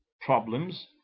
problems